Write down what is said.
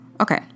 Okay